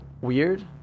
Weird